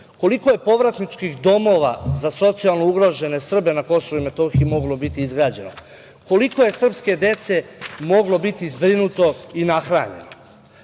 koliko je povratničkih domova za socijalno ugrožene Srbe na Kosovu i Metohiji moglo biti izgrađeno, koliko je srpske dece moglo biti zbrinuto i nahranjeno? Želim